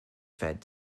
fed